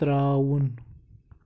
ترٛاوُن